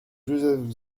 joseph